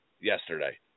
yesterday